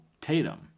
Tatum